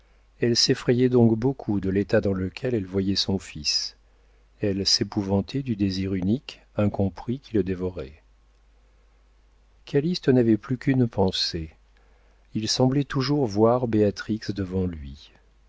elle s'effrayait donc beaucoup de l'état dans lequel elle voyait son fils elle s'épouvantait du désir unique incompris qui le dévorait calyste n'avait plus qu'une pensée il semblait toujours voir béatrix devant lui